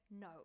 no